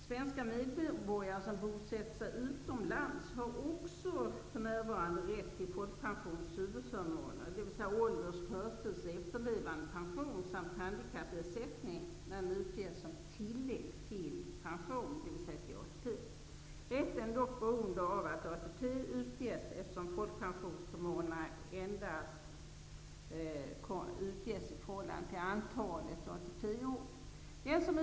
Svenska medborgare som bosätter sig utomlands har också för närvarande rätt till folkpensionens huvudförmåner, dvs. ålders-, förtidsoch efterlevnadspension samt handikappersättning, när den utges som tillägg till pension, dvs. ATP. Rätten är dock beroende av att ATP utges, eftersom folkpensionsförmånerna endast utges i förhållande till antalet ATP-år.